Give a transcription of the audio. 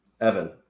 Evan